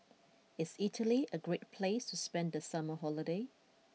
is Italy a great place to spend the summer holiday